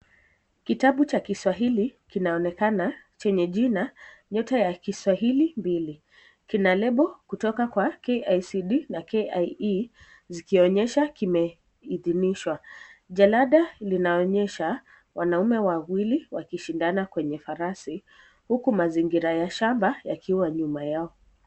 Kitabu cha kiswahili kinaonekana chenye jina Nyota ya Kiswahili 2. Kina lebo kotoka kwa KICD na KIE zikionyesha kimeidhinishwa. Jalada linaonyesha wanaume wawili wakishindana kwenye farasi huku mazingira ya shamba yakiwa nyuma yao.